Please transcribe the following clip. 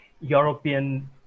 european